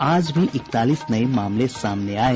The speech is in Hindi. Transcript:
आज भी इकतालीस नये मामले सामने आये